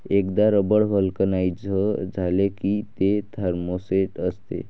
एकदा rubber vulcanise झाले की ते थर्मोसेट असते